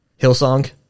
Hillsong